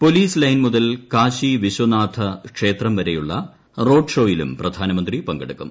police line മുതൽ കാശിവിശ്വനാഥ ക്ഷേത്രം വരെയുള്ള റോഡ്ഷോയിലും പ്രധാനമന്ത്രി പങ്കെടുക്കും